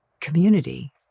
community